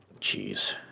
Jeez